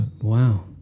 wow